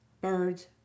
birds